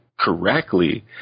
correctly